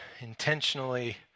intentionally